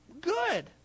Good